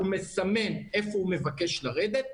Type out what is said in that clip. הוא מסמן איפה הוא מבקש לרדת,